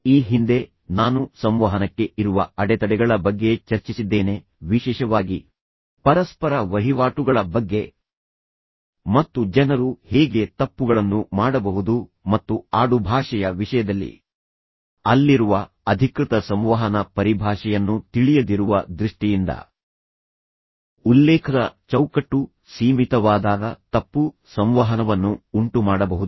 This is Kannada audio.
ಈ ಹಿಂದೆ ನಾನು ಸಂವಹನಕ್ಕೆ ಇರುವ ಅಡೆತಡೆಗಳ ಬಗ್ಗೆ ಚರ್ಚಿಸಿದ್ದೇನೆ ವಿಶೇಷವಾಗಿ ಪರಸ್ಪರ ವಹಿವಾಟುಗಳ ಬಗ್ಗೆ ಮತ್ತು ಜನರು ಹೇಗೆ ತಪ್ಪುಗಳನ್ನು ಮಾಡಬಹುದು ಮತ್ತು ಆಡುಭಾಷೆಯ ವಿಷಯದಲ್ಲಿ ಅಲ್ಲಿರುವ ಅಧಿಕೃತ ಸಂವಹನ ಪರಿಭಾಷೆಯನ್ನು ತಿಳಿಯದಿರುವ ದೃಷ್ಟಿಯಿಂದ ಉಲ್ಲೇಖದ ಚೌಕಟ್ಟು ಸೀಮಿತವಾದಾಗ ತಪ್ಪು ಸಂವಹನವನ್ನು ಉಂಟುಮಾಡಬಹುದು